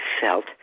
felt